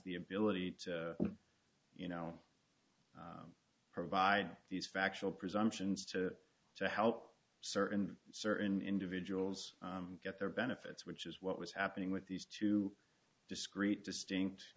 the ability to you know provide these factual presumptions to to how certain certain individuals get their benefits which is what was happening with these two discrete distinct